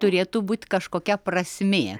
turėtų būt kažkokia prasmė